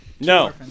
No